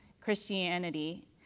Christianity